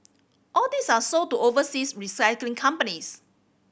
all these are sold to overseas recycling companies